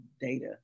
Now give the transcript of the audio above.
data